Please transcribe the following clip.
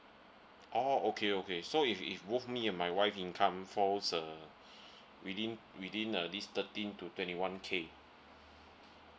oh okay okay so if if both me and my wife income falls uh within within uh this thirteen to twenty one K